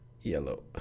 Yellow